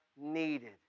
needed